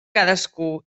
cadascú